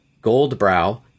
Goldbrow